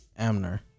Amner